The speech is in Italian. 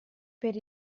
per